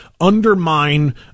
undermine